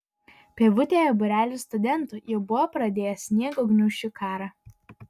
pievutėje būrelis studentų jau buvo pradėjęs sniego gniūžčių karą